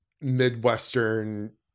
Midwestern